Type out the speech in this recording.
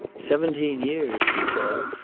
seventeen years, he said.